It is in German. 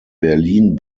berlin